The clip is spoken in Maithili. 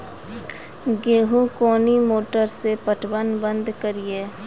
गेहूँ कोनी मोटर से पटवन बंद करिए?